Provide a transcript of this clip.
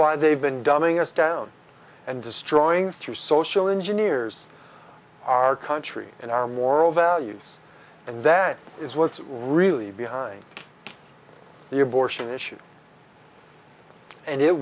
why they've been dumbing us down and destroying your social engineers our country and our moral values and that is what's really behind the abortion issue and it